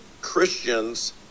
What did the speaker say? Christians